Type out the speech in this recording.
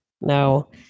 No